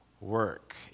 Work